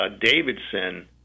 Davidson –